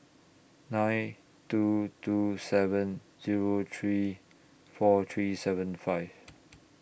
nine two two seven Zero three four three seven five